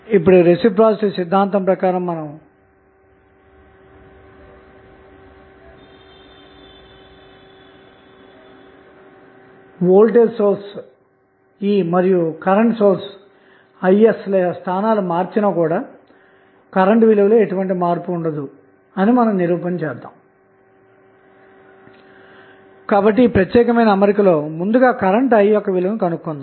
ఇప్పుడు నెట్వర్క్ ను ఉత్తేజపర్చడానికి ఒక వోల్టేజ్ సోర్స్ v0 లేదా కరెంటు సోర్స్ i0 ని వినియోగించి సర్క్యూట్ ని సరళీకరిద్దాము